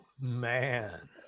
man